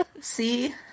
See